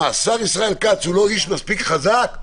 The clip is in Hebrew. השר ישראל כץ הוא לא איש מספיק חזק,